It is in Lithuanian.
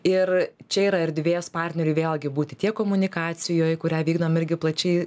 ir čia yra erdvės partneriui vėlgi būti tiek komunikacijoj kurią vykdom irgi plačiai